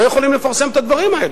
לא יכולים לפרסם את הדברים האלה.